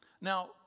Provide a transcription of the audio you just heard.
Now